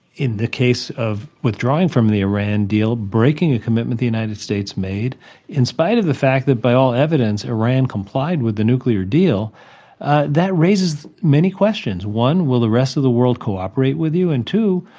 in the case of withdrawing from the iran deal, breaking a commitment the united states made in spite of the fact that by all evidence iran complied with the nuclear deal that raises many questions. one, will the rest of the world cooperate with you? and two,